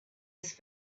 this